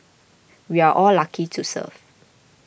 we're all lucky to serve